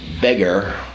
beggar